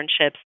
internships